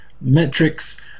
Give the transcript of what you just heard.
metrics